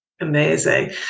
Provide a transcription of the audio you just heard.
Amazing